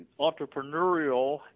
entrepreneurial